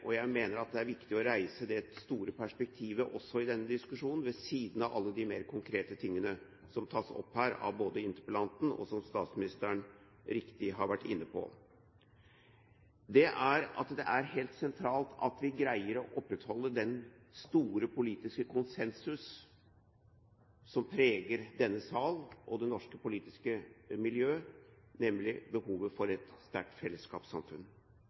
Jeg mener at det er viktig å reise det store perspektivet også i denne diskusjonen, ved siden av alle de mer konkrete tingene som tas opp her av interpellanten, og som statsministeren riktig har vært inne på. Det er at det er helt sentralt at vi greier å opprettholde den store politiske konsensus som preger denne sal og det norske politiske miljø, nemlig behovet for et sterkt fellesskapssamfunn,